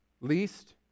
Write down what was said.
least